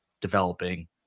developing